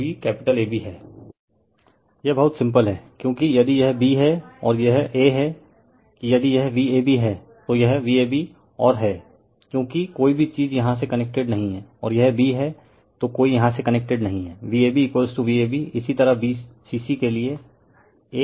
refer slide time 0725 यह बहुत simple है क्योंकि यदि यह b है और यह a है कि यदि यह Vab हैतो यह Vab और हैं क्योकि कोई भी चीज यहाँ से कनेक्टेड नही हैं और यह B हैं तो कोई यहाँ से कनेक्टेड नही हैं VabVab इसी तरह B cc के लिए a